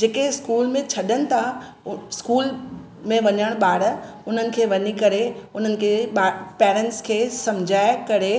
जेके स्कूल में छॾनि था स्कूल में वञणु ॿार उन्हनि खे वञी करे उन्हनि खे ॿा पैरेंट्स खे सम्झाए करे